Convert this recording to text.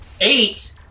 eight